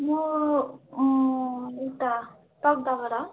म उता तकदाहबाट